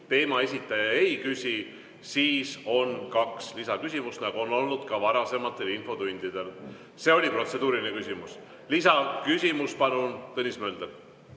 teema esitaja ei küsi, siis on kaks lisaküsimust, nagu on olnud ka varem infotundides. See oli protseduuriline küsimus. Lisaküsimus, palun, Tõnis Mölder!